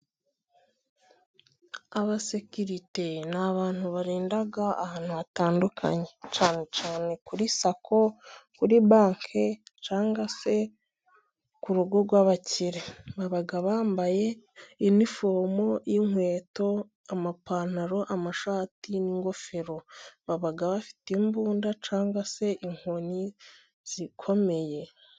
Abasekirite ni abantu barinda ahantu hatandukanye cyane cyane kuri SAKO, kuri banki cyangwa se ku rugo rw'abakire baba bambaye iniforume y'inkweto, amapantaro, amashati n'gofero, baba bafite imbunda cyangwa se inkoni zikomeye.